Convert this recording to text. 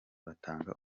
batanga